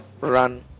run